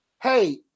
hey